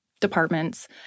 departments